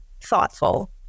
thoughtful